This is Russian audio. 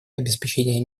обеспечения